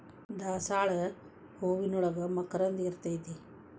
ದಾಸಾಳ ಹೂವಿನೋಳಗ ಮಕರಂದ ಇರ್ತೈತಿ